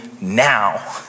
now